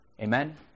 Amen